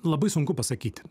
labai sunku pasakyti